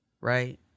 right